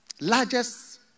largest